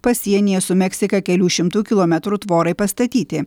pasienyje su meksika kelių šimtų kilometrų tvorai pastatyti